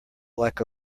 like